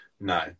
No